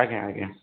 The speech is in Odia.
ଆଜ୍ଞା ଆଜ୍ଞା